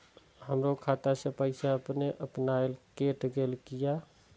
हमरो खाता से पैसा अपने अपनायल केट गेल किया?